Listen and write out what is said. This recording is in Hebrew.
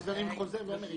אז אני חוזר ואומר,